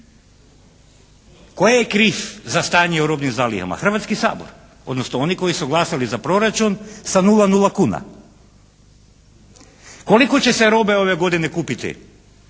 Tko je kriv za stanje u robnim zalihama? Hrvatski sabor odnosno oni koji su glasali za proračun sa 0,0 kuna. Koliko će se robe ove godine kupiti?